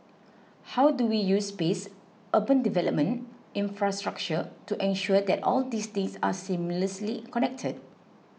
how do we use space urban development infrastructure to ensure that all these things are seamlessly connected